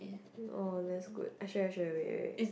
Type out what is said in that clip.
oh that's good i show you i show you wait wait